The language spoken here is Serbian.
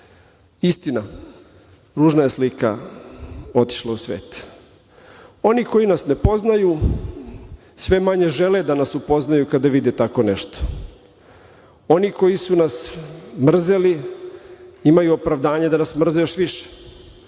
urađeno. Istina, ružna je slika otišla u svet. Oni koji nas ne poznaju, sve manje žele da nas upoznaju kada vide tako nešto. Oni koji su nas mrzeli, imaju opravdanje da nas mrze još više.